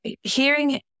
hearing